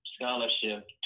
scholarship